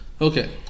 Okay